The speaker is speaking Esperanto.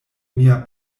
mia